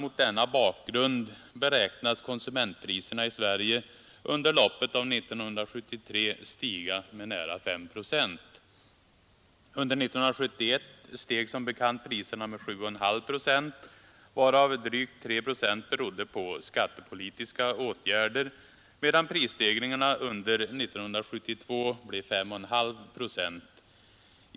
mot denna bakgrund beräknas konsumentpriserna i Sverige under loppet av 1973 stiga med Under 1971 steg som bekant priserna med 7,5 procent, varav drygt 3 procent berodde på skattepolitiska åtgärder, medan prisstegringarna under 1972 blev 5,5 procent.